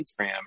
Instagram